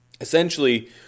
Essentially